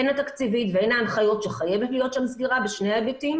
הן התקציבית והן ההנחיות שחייבת להיות שם סגירה בשני ההיבטים